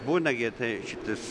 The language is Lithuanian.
būna gi tai šitas